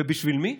ובשביל מי?